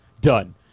Done